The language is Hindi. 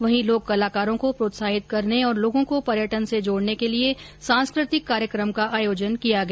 वहीं लोक कलाकारों को प्रोत्साहित करने और लोगों को पर्यटन से जोड़ने के लिए सांस्कृतिक कार्यक्रम का आयोजन किया गया